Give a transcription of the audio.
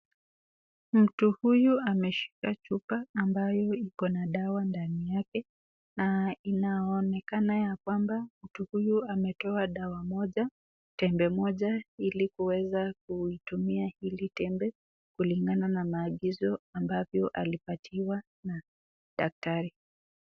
Mtu huyu ameshika chupa ambayo iko na dawa ndani yake na inaonekana ya kwamba mtu huyu ametoa dawa moja, tembe moja ili kuweza kuitumia hili tembe kulingana na maagizo ambavyo alipatiwa na daktari.